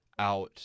out